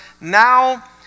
now